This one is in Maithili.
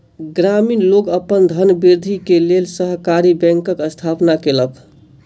ग्रामीण लोक अपन धनवृद्धि के लेल सहकारी बैंकक स्थापना केलक